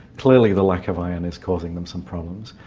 clearly the lack of iron is causing them some problems.